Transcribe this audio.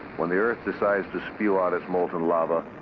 when the earth decides to spew out its molten lava,